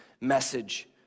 message